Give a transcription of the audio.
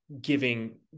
giving